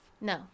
No